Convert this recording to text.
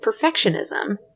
perfectionism